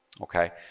Okay